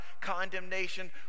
condemnation